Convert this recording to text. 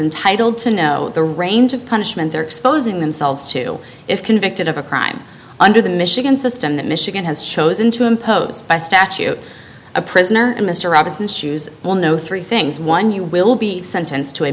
entitled to know the range of punishment they're exposing themselves to if convicted of a crime under the michigan system that michigan has chosen to impose by statute a prisoner in mr robinson's shoes will no three things one you will be sentenced to a